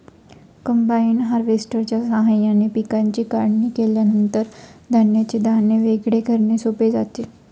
combine हार्वेस्टरच्या साहाय्याने पिकांची काढणी केल्यानंतर धान्याचे दाणे वेगळे करणे सोपे जाते